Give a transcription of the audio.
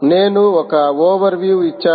నేను ఒక ఓవర్వ్యూ ఇచ్చాను